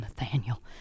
Nathaniel